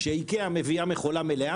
כשאיקאה מביאה מכולה מלאה,